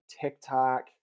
TikTok